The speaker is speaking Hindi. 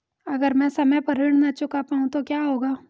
अगर म ैं समय पर ऋण न चुका पाउँ तो क्या होगा?